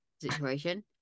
situation